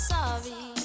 Sorry